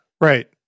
right